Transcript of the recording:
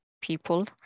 people